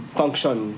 function